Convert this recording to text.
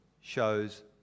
shows